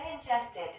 ingested